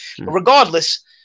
Regardless